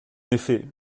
effet